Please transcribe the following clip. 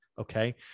Okay